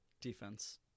defense